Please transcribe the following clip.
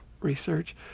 research